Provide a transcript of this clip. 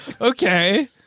Okay